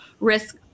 risk